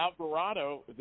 Alvarado